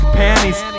panties